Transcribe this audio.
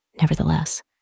Nevertheless